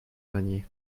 grenier